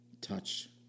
touch